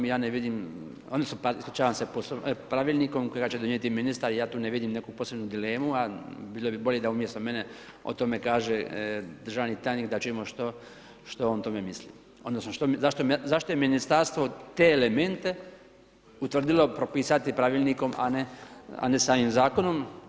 I ja ne vidim, oni su, ispričavam pravilnikom kojega će donijeti ministar i ja tu ne vidim neku posebnu dilemu a bilo bi bolje da umjesto mene o tome kaže državni tajnik da čujemo što o tome misli, odnosno zašto je ministarstvo te elemente utvrdilo propisati pravilnikom a ne samim zakonom.